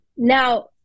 Now